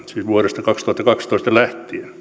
vuodesta kaksituhattakaksitoista lähtien